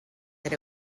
that